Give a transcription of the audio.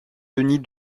denis